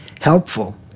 helpful